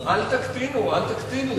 אל תקטינו, אל תקטינו.